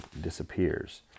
disappears